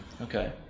okay